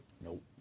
nope